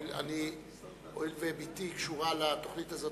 הואיל ובתי קשורה לתוכנית הזאת,